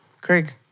Craig